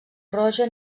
roja